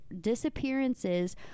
disappearances